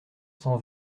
cent